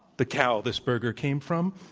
the cow this burger came from.